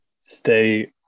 stay